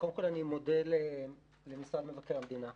קודם כול, אני מודה למשרד מבקר המדינה.